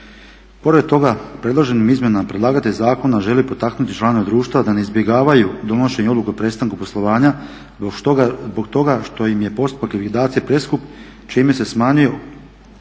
Pored toga predloženim izmjenama predlagatelj zakona želi potaknuti članove društva da ne izbjegavaju donošenje odluka o prestanak poslovanja zbog toga što im je postupak likvidacije preskup čime se smanjuje